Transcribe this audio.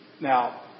now